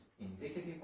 indicative